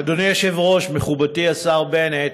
אדוני היושב-ראש, מכובדי השר בנט,